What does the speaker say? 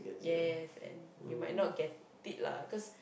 yes and you might not get it lah cause